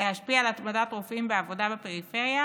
להשפיע על התמדת רופאים בעבודה בפריפריה